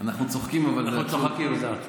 אנחנו צוחקים, אבל זה עצוב.